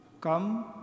Come